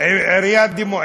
ראש עיריית דימונה.